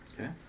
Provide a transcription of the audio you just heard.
Okay